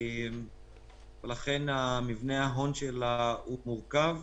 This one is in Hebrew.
ולכן מבנה ההון שלה הוא מורכב.